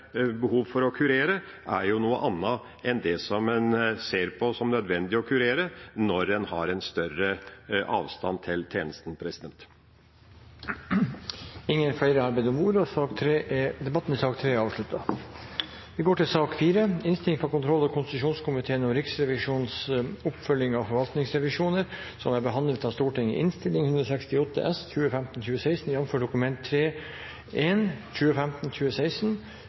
behov for å kurere, er noe annet enn det som en ser på som nødvendig å kurere når en har en større avstand til tjenesten. Flere har ikke bedt om ordet til sak nr. 3. Som alle vet, er det slik at Riksrevisjonen normalt følger opp forvaltningsrevisjoner tre år etter at sakene er behandlet her i Stortinget. Dersom det ikke er